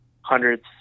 hundreds